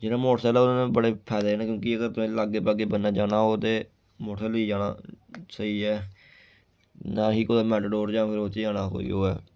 जियां मोटरसैकल न ओह्दे बड़े फायदे न क्योंकि अगर तुसें लागे पागै बन्नै जाना होग ते मोटरसैकल लेइयै जाना स्हेई ऐ ना ही कुदै मैटाडोर जां फिर ओह्दे च जाना कोई होऐ